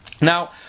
Now